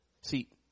See